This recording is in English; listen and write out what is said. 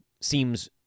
seems